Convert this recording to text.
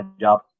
job